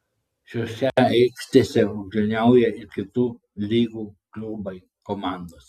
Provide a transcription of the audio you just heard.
šiose aikštėse rungtyniauja ir kitų lygų klubai komandos